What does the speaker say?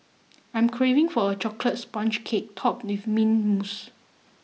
I am craving for a chocolate sponge cake topped with mint mousse